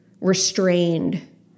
restrained